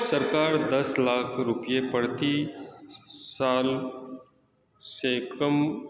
سرکار دس لاکھ روپے پرتی سال سے کم